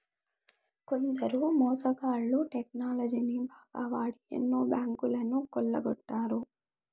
కొందరు మోసగాళ్ళు టెక్నాలజీని బాగా వాడి ఎన్నో బ్యాంకులను కొల్లగొట్టారు